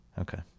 Okay